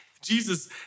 Jesus